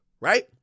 right